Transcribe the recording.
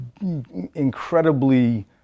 incredibly